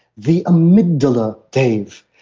the amygdala, dave,